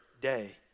day